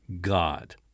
God